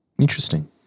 Interesting